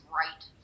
right